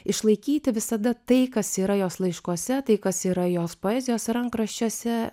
išlaikyti visada tai kas yra jos laiškuose tai kas yra jos poezijos rankraščiuose